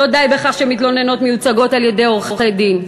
לא די בכך שמתלוננות מיוצגות על-ידי עורכי-דין.